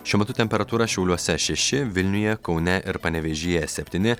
šiuo metu temperatūra šiauliuose šeši vilniuje kaune ir panevėžyje septyni